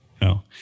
No